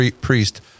priest